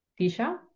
Tisha